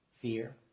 fear